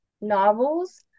novels